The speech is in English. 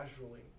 casually